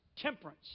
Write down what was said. temperance